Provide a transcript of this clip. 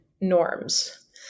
norms